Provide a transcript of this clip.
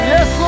Yes